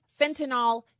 fentanyl